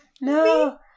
No